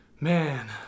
Man